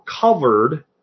covered